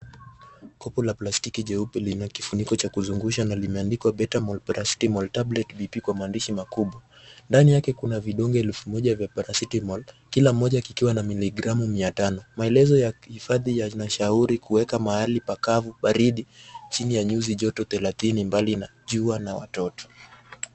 Kopo la plastiki jeupe lina kifuniko cha kuzungusha, na limeandikwa Bentamol paracetamol tablet bp kwa maandishi makubwa. Ndani yake kuna vidonge elfu moja vya paracetamol , kila kimoja kikiwa na miligramu mia tano. Maelezo ya hifadhi ya mashauri kuweka mahali pakavu, baridi, chini ya nyuzi joto thelathini, mbali na jua, na watoto.